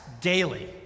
daily